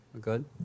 Good